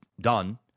done